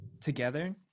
together